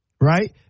right